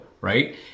right